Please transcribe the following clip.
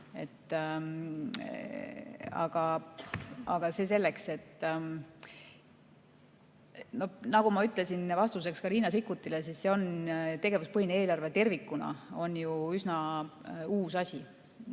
Aga see selleks. Nagu ma ütlesin vastuseks Riina Sikkutile, tegevuspõhine eelarve tervikuna on ju üsna uus asi.